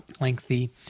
Lengthy